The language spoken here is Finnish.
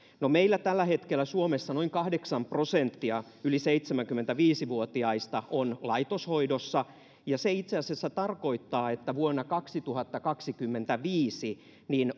no meillä tällä hetkellä suomessa noin kahdeksan prosenttia yli seitsemänkymmentäviisi vuotiaista on laitoshoidossa ja se itse asiassa tarkoittaa että vuonna kaksituhattakaksikymmentäviisi